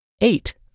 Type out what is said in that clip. eight